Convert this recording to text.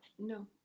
No